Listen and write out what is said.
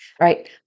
right